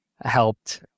helped